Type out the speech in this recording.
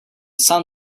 sun